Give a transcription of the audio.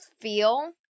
feel